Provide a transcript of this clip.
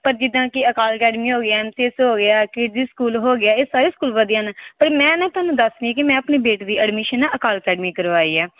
ਪਰ ਜਿੱਦਾਂ ਕਿ ਅਕਾਲ ਅਕੈਡਮੀ ਹੋ ਗਈ ਐਨ ਸੀ ਐੱਸ ਹੋ ਗਿਆ ਕਿਡਜੀ ਸਕੂਲ ਹੋ ਗਿਆ ਇਹ ਸਾਰੇ ਸਕੂਲ ਵਧੀਆ ਹਨ ਪਰ ਮੈਂ ਨਾ ਤੁਹਾਨੂੰ ਦੱਸਦੀ ਕਿ ਮੈਂ ਆਪਣੀ ਬੇਟੇ ਦੀ ਐਡਮਿਸ਼ਨ ਨਾ ਅਕਾਲ ਅਕੈਡਮੀ ਕਰਵਾਈ ਆ